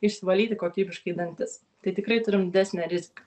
išsivalyti kokybiškai dantis tai tikrai turim didesnę riziką